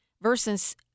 verses